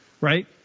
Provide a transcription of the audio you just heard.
Right